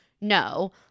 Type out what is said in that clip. no